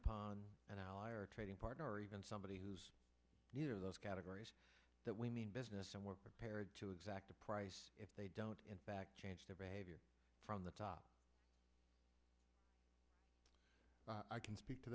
upon an ally or a trading partner or even somebody who's near those categories that we mean business and we're prepared to exact a price if they don't in fact change their behavior from the top i can speak to